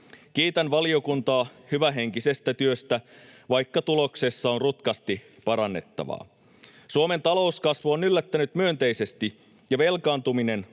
Kiitän valiokuntaa hyvähenkisestä työstä, vaikka tuloksessa on rutkasti parannettavaa. Suomen talouskasvu on yllättänyt myönteisesti, ja velkaantuminen